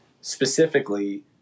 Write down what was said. specifically